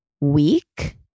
week